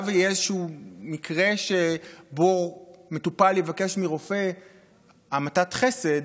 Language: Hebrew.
ויהיה איזשהו מקרה שבו מטופל יבקש מרופא המתת חסד,